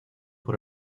por